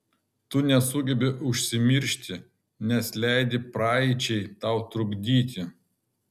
tu nesugebi užsimiršti nes leidi praeičiai tau trukdyti